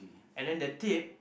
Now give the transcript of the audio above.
and the tape